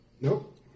Nope